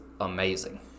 amazing